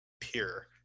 pure